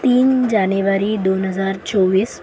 तीन जानेवारी दोन हजार चोवीस